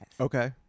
Okay